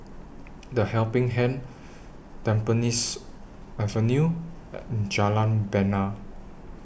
The Helping Hand Tampines Avenue and Jalan Bena